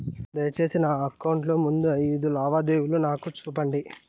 దయసేసి నా అకౌంట్ లో ముందు అయిదు లావాదేవీలు నాకు చూపండి